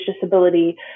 disability